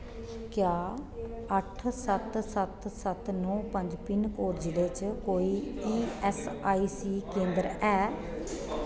क्या अट्ठ सत्त सत्त सत्त नौ पंज पिन कोड जि'ले च कोई ई ऐस्स आई सी केंदर ऐ